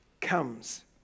comes